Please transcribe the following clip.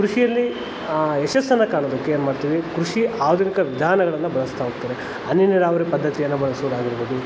ಕೃಷಿಯಲ್ಲಿ ಯಶಸ್ಸನ್ನು ಕಾಣೋದಕ್ಕೆ ಏನು ಮಾಡ್ತೀವಿ ಕೃಷಿಯ ಆಧುನಿಕ ವಿಧಾನಗಳನ್ನು ಬಳಸ್ತಾ ಹೋಗ್ತಾರೆ ಹನಿ ನೀರಾವರಿ ಪದ್ಧತಿಯನ್ನು ಬಳಸುದಾಗಿರ್ಬೌದು